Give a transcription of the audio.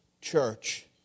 church